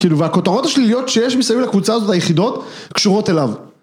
כאילו, והכותרות השליליות שיש מסביב לקבוצה הזאת היחידות, קשורות אליו.